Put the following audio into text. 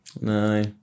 No